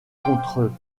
contre